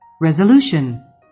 resolution